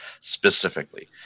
specifically